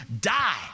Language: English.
die